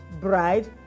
bride